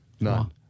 None